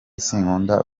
sinkunda